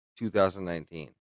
2019